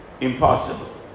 impossible